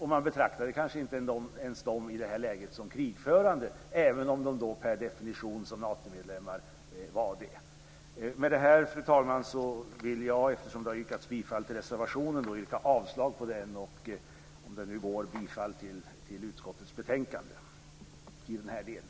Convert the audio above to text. Man betraktade kanske inte dessa länder som krigförande även om de per definition som Natomedlemmar var det. Fru talman! Eftersom det har yrkats bifall till godkännande av anmälan i reservationen vill jag yrka avslag på det, och i stället yrkar jag på godkännande av utskottets anmälan.